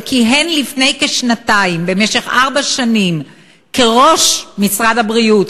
שכיהן לפני כשנתיים במשך ארבע שנים כראש משרד הבריאות,